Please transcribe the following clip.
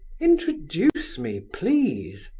introduce me, please!